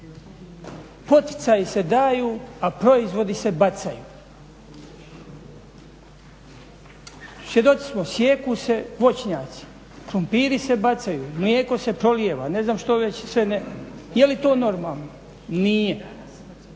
Poticaji se daju, a proizvodi se bacaju. Što god smo, sijeku se voćnjaci, krumpiri se bacaju, mlijeko se prolijeva, ne znam što već sve ne. Je li to normalno? Nije.